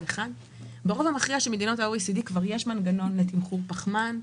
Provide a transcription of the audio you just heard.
ברוב המכריע של מדינות ה-OECD כבר יש מנגנון לתמחור פחמן.